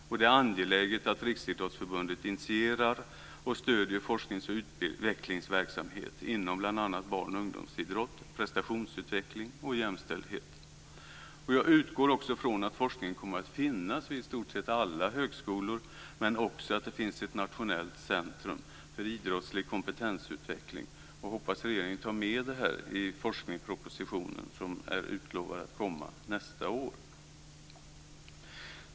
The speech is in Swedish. Och det är angeläget att Riksidrottsförbundet initierar och stöder forsknings och utvecklingsverksamhet inom bl.a. barn och ungdomsidrott, prestationsutveckling och jämställdhet. Jag utgår också från att forskningen kommer att finna vid i stort sett alla högskolor men också att det finns ett nationellt centrum för idrottslig kompetensutveckling. Jag hoppas att regeringen tar med detta i forskningspropositionen som är utlovad att läggas fram nästa år.